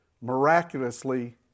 miraculously